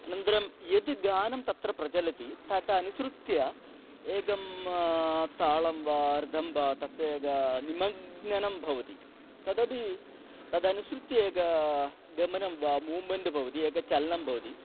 अनन्तरं यद् गानं तत्र प्रचलति तत् अनुसृत्य एकं तालं वा अर्धं वा तस्य एकं निमग्नं भवति तदपि तदनुसृत्य एकं गमनं वा मूमण्ट् भवति एकं चलनं भवति